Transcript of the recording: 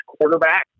quarterback